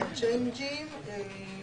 הצ'יינג'ים, אה.